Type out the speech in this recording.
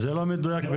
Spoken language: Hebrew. בוודאי לא סביבתית,